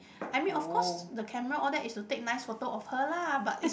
I mean of course the camera all that is to take nice photo of her lah but is